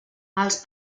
els